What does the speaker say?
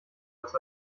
was